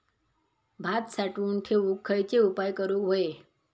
भात साठवून ठेवूक खयचे उपाय करूक व्हये?